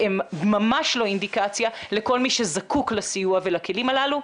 והם לא ממש אינדיקציה לכל מי שזקוק לסיוע ולכלים הללו.